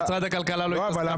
משרד הכלכלה לא התעסק עם זה.